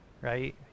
right